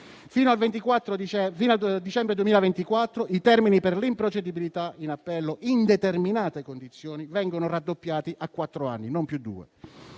fino al dicembre 2024 i termini per l'improcedibilità in appello, in determinate condizioni, venissero raddoppiati a quattro anni (non più due).